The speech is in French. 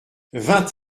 vingt